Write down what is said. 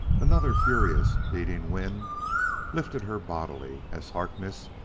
another furious, beating wind lifted her bodily, as harkness,